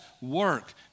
work